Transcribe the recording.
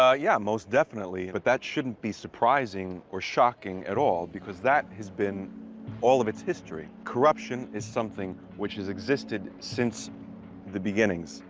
ah yeah, most definitely, but that shouldn't be surprising or shocking at all, because that has been all of its history. corruption is something which has existed since the beginnings,